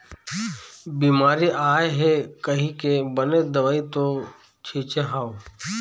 बिमारी आय हे कहिके बनेच दवई तो छिचे हव